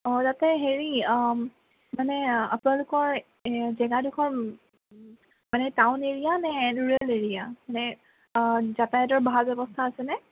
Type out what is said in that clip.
অঁ তাতে হেৰি মানে আপোনালোকৰ জেগাডোখৰ মানে টাউন এৰিয়া নে ৰুৰেল এৰিয়া মানে যাতায়তৰ ভাল ব্যৱস্থা আছে নে